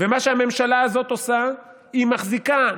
ומה שהממשלה הזאת עושה, היא מחזיקה.